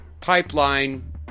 pipeline